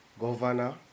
Governor